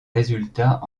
résultats